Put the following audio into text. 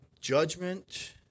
Judgment